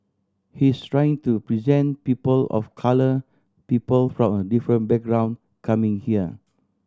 he's trying to present people of colour people from a different background coming here